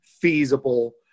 feasible